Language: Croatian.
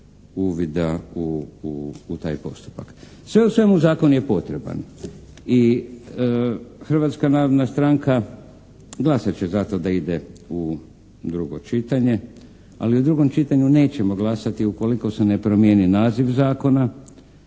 uvida u taj postupak. Sve u svemu zakon je potreban. I Hrvatska narodna stranka glasat će za to da ide u drugo čitanje. Ali u drugo čitanju nećemo glasati ukoliko se ne promijeni naziv zakona.